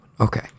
Okay